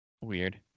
Weird